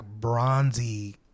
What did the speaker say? bronzy